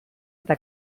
eta